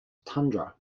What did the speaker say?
tundra